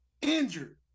injured